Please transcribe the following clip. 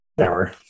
Hour